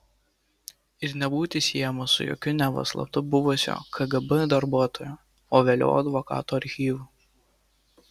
ir nebūti siejamas su jokiu neva slaptu buvusio kgb darbuotojo o vėliau advokato archyvu